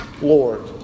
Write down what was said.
Lord